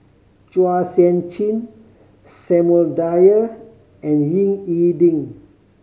Chua Sian Chin Samuel Dyer and Ying E Ding